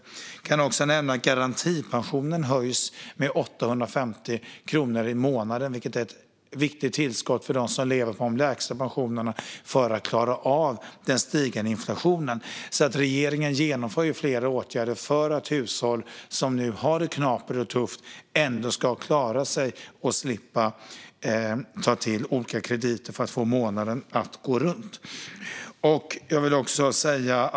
Jag kan också nämna att garantipensionen höjs med 850 kronor i månaden. Det är ett viktigt tillskott för dem som lever på de lägsta pensionerna för att de ska klara av den stigande inflationen. Regeringen genomför flera åtgärder för hushåll som nu har det knapert och tufft ändå ska klara sig och slippa ta till olika krediter för att få månaden att gå runt.